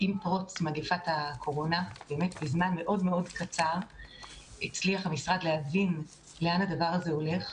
פרוץ מגפת הקורונה ובזמן קצר הצליח להבין לאן אנחנו הולכים